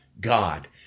God